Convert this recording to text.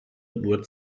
nur